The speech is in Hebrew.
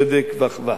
צדק ואחווה.